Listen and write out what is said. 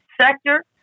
sector